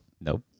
Nope